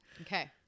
Okay